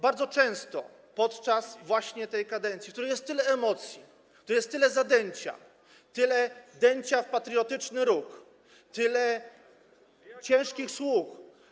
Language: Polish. Bardzo często podczas właśnie tej kadencji, w której jest tyle emocji, w której jest tyle zadęcia, tyle dęcia w patriotyczny róg, tyle ciężkich słów.